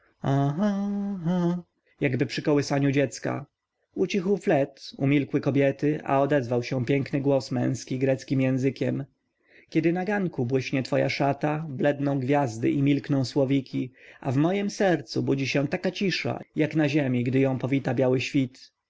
jakby przy kołysaniu dzieci ucichł flet umilkły kobiety a odezwał się piękny głos męski greckim językiem kiedy na ganku błyśnie twoja szata bledną gwiazdy i milkną słowiki a w mojem sercu budzi się taka cisza jak na ziemi gdy ją powita biały świt